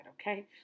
okay